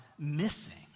missing